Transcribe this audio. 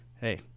hey